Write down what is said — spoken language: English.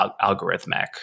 algorithmic